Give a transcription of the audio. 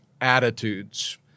attitudes